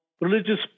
religious